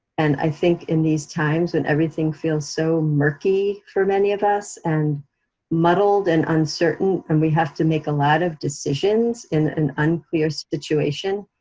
and i think in these times when everything feels so murky for many of us, and muddled, and uncertain, and we have to make a lot of decisions in an unclear situation,